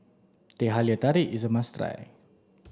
Teh Halia Tarik is a must